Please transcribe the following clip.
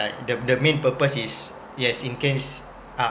like the the main purpose is yes in case